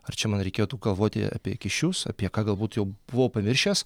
ar čia man reikėtų galvoti apie kyšius apie ką galbūt jau buvau pamiršęs